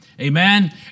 Amen